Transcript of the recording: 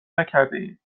نکردهایم